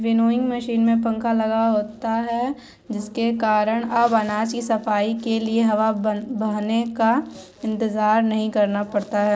winnowing machine में पंखा लगा होता है जिस कारण अब अनाज की सफाई के लिए हवा बहने का इंतजार नहीं करना पड़ता है